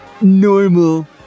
normal